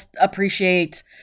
appreciate